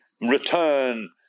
return